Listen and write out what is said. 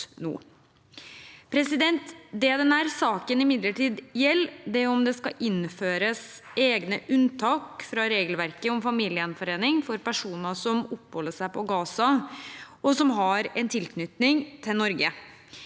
slutt nå. Det denne saken imidlertid gjelder, er om det skal innføres egne unntak fra regelverket om familiegjenforening for personer som oppholder seg i Gaza og har en tilknytning til Norge.